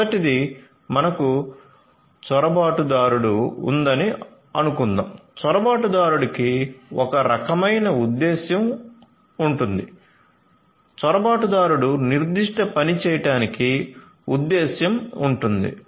మొదటిది మనకు చొరబాటుదారుడు ఉందని అనుకుందాం చొరబాటుదారుడికి ఒక రకమైన ఉద్దేశ్యం ఉంటుంది చొరబాటుదారుడు నిర్దిష్ట పని చేయడానికి ఉద్దేశ్యం ఉంటుంది